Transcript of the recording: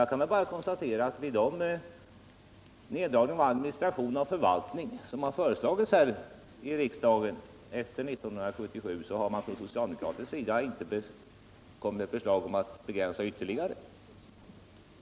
Jag kan bara konstatera att när det här i riksdagen föreslagits neddragningar av administration och förvaltning efter år 1977 så har man från socialdemokratisk sida inte kommit med förslag om att begränsa ytterligare.